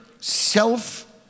self